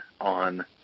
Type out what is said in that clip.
on